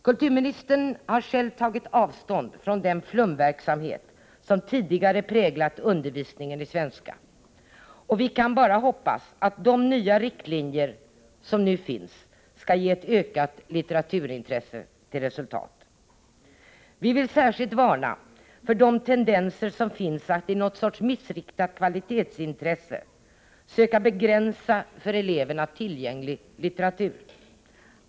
Kulturministern har själv tagit avstånd från den flumverksamhet som tidigare präglat undervisningen i svenska, och vi kan bara hoppas att de nya riktlinjer som nu finns skall ge ett ökat litteraturintresse till resultat. Vi vill särskilt varna för de tendenser som finns att i någon sorts missriktat kvalitetsintresse söka begränsa för eleverna tillgänglig litteratur.